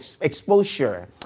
exposure